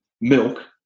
milk